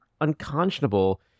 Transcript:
unconscionable